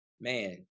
man